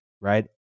right